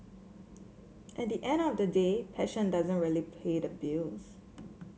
at the end of the day passion doesn't really pay the bills